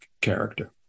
character